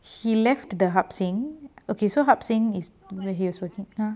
he left the hup seng okay so hup seng is where he was working lah